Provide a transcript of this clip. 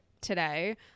today